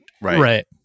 Right